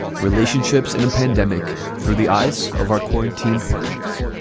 relationships in a pandemic through the eyes of our quarantine partners